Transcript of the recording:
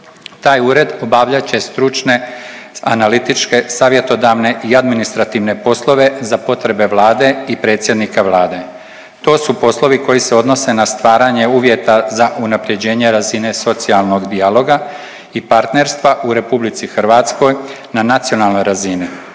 Taj ured obavljat će stručne, analitičke, savjetodavne i administrativne poslove za potrebe Vlade i predsjednika Vlade. To su poslovi koji se odnose na stvaranje uvjeta za unapređenje razine socijalnog dijaloga i partnerstva u RH na nacionalnoj razini,